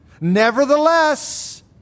nevertheless